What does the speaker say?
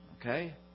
Okay